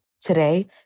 Today